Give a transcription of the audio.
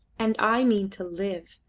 and i mean to live.